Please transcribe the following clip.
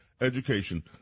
Education